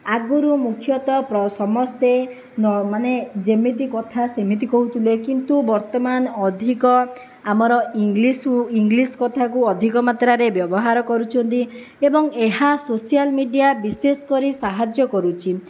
ଆଗରୁ ମୁଖ୍ୟତଃ ସମସ୍ତେ ମାନେ ଯେମିତି କଥା ସେମିତି କହୁଥିଲେ କିନ୍ତୁ ବର୍ତ୍ତମାନ ଅଧିକ ଆମର ଇଂଲିଶ୍ ସୁ ଇଂଲିଶ୍ କଥାକୁ ଅଧିକ ମାତ୍ରାରେ ବ୍ୟବହାର କରୁଛନ୍ତି ଏବଂ ଏହା ସୋସିଆଲ ମିଡ଼ିଆ ବିଶେଷ କରି ସାହାଯ୍ୟ କରୁଛି